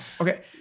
okay